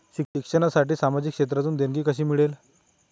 शिक्षणासाठी सामाजिक क्षेत्रातून देणगी कशी मिळेल?